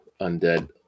undead